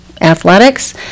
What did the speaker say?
athletics